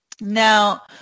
Now